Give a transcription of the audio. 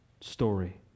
story